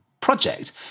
project